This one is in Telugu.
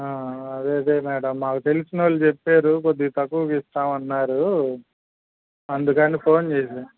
అదేదే మేడమ్ మాకు తెలిసినవాళ్ళు చెప్పారు కొద్దిగ తక్కువ ఇస్తాం అన్నారు అందుకని ఫోన్ చేశాను